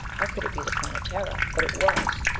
how could it be the planetara? but it was.